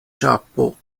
ĉapo